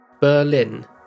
Berlin